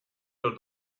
los